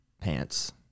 pants